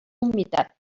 humitat